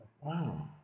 Wow